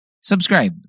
subscribe